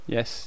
Yes